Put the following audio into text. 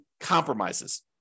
compromises